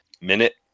minute